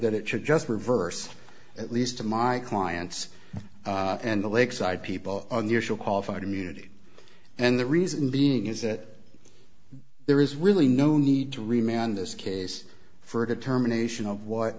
that it should just reverse at least to my clients and the lakeside people on the issue of qualified immunity and the reason being is that there is really no need to remain on this case for a determination of what